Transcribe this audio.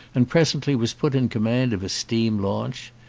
and presently was put in command of a steam launch.